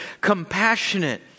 compassionate